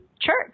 church